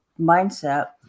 mindset